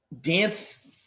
Dance